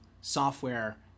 software